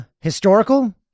historical